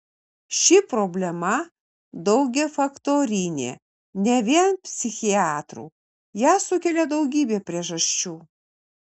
ši problema daugiafaktorinė ne vien psichiatrų ją sukelia daugybė priežasčių